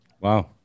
wow